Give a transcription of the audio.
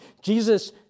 Jesus